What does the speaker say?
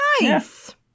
nice